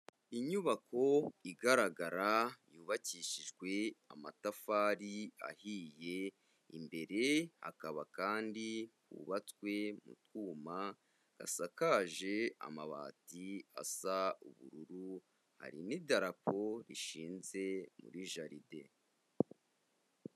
Inyubako igaragara yubakishijwe amatafari ahiye, imbere hakaba kandi hubatswe mu tw'uma, gasakaje amabati asa ubururu, hari n'idarapo rishinze muri jaride.